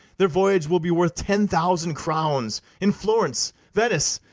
their voyage will be worth ten thousand crowns in florence, venice,